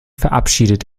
verabschiedet